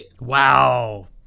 Wow